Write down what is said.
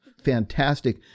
Fantastic